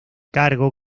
cargo